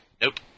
Nope